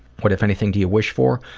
what if anything do you wish for?